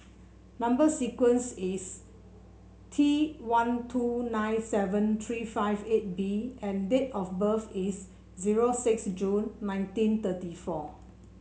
number sequence is T one two nine seven three five eight B and date of birth is zero six June nineteen thirty four